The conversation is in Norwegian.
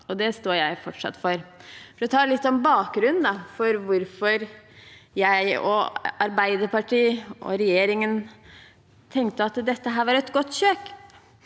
det står jeg fortsatt for. Jeg vil si litt om bakgrunnen for hvorfor jeg og Arbeiderpartiet og regjeringen tenkte at dette var et godt kjøp.